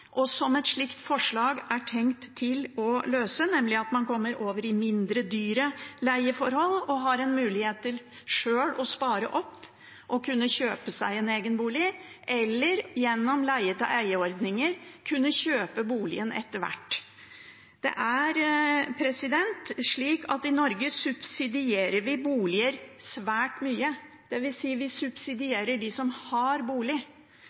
og som et slikt forslag er tenkt å løse – nemlig ved at man kommer over i mindre dyre leieforhold og har en mulighet til sjøl å spare opp og kunne kjøpe seg en egen bolig, eller gjennom leie-til-eie-ordninger å kunne kjøpe boligen etter hvert. I Norge subsidierer vi boliger svært mye, dvs. vi subsidierer dem som har bolig.